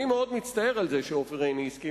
אני מאוד מצטער על זה שעופר עיני הסכים.